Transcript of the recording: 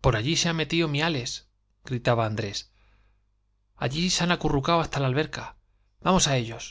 por ayí se han metío miales gritaba andrés ayí san acurrucao junta la aberca vamos á eyos